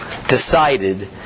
decided